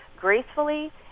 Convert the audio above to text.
gracefully